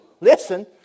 listen